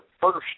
first